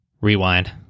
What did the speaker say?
rewind